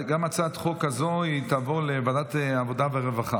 גם הצעת חוק הזו תעבור לוועדת העבודה והרווחה.